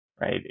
right